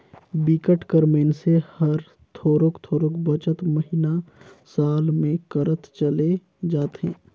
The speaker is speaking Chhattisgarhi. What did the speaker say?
बिकट कर मइनसे हर थोरोक थोरोक बचत महिना, साल में करत चले जाथे